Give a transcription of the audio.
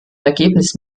ereignis